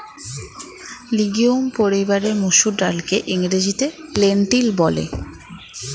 legume পরিবারের মুসুর ডালকে ইংরেজিতে লেন্টিল বলে